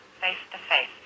face-to-face